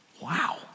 wow